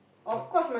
what